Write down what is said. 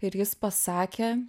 ir jis pasakė